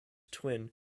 twin